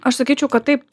aš sakyčiau kad taip